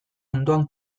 ondoan